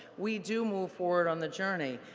we do move forward on the journey,